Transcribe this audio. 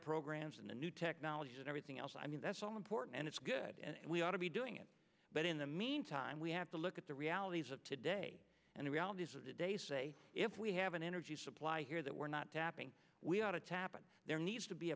programs in the new technologies and everything else i mean that's all important and it's good and we ought to be doing it but in the meantime we have to look at the realities of today and the realities of the day say if we have an energy supply here that we're not tapping we ought to tap and there needs to be